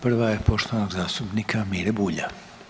Prva je poštovanog zastupnika Mire Bulja.